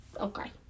Okay